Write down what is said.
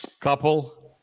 couple